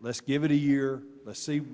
let's give it a year to see